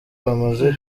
bamaze